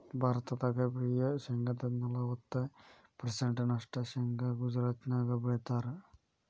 ಭಾರತದಾಗ ಬೆಳಿಯೋ ಶೇಂಗಾದ ನಲವತ್ತ ಪರ್ಸೆಂಟ್ ನಷ್ಟ ಶೇಂಗಾ ಗುಜರಾತ್ನ್ಯಾಗ ಬೆಳೇತಾರ